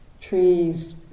trees